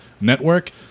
Network